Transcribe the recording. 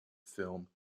film